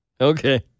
Okay